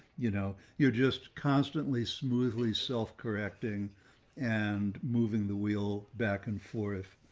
you know, you're just constantly smoothly self correcting and moving the wheel back and forth,